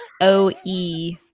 O-E